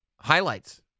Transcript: highlights